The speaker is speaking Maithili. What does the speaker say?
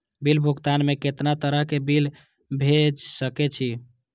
बिल भुगतान में कितना तरह के बिल भेज सके छी?